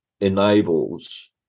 enables